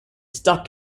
stuck